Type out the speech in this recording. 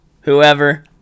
whoever